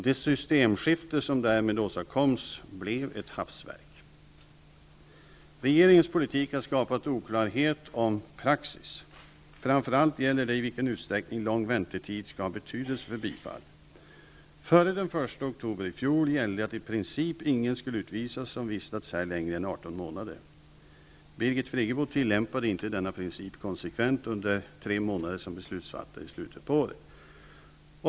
Det systemskifte som därmed åstadkoms blev ett hastverk. Regeringens politik har skapat oklarhet om praxis. Det gäller framför allt i vilken utsträckning lång väntetid skall ha betydelse för bifall. Före den 1 oktober i fjol gällde att i princip ingen skulle utvisas som vistats här längre än 18 månader. Birgit Friggebo tillämpade inte denna princip konsekvent under tre månader som beslutsfattare i slutet av året.